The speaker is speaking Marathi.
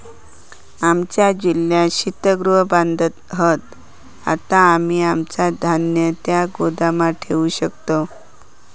आमच्या जिल्ह्यात शीतगृह बांधत हत, आता आम्ही आमचा धान्य त्या गोदामात ठेवू शकतव